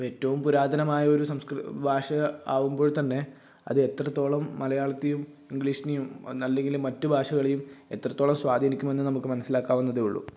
ഏറ്റവും പുരാതനമായ ഒരു സംസ്കൃ ഭാഷ ആകുമ്പോള് തന്നെ അത് എത്രത്തോളം മലയാളത്തെയും ഇംഗ്ലീഷിനെയും അല്ലെങ്കിൽ മറ്റു ഭാഷകളെയും എത്രത്തോളം സ്വാധിനിക്കുമെന്നു നമുക്ക് മനസിലാക്കാവുന്നതേ ഉള്ളൂ